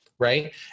Right